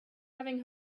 having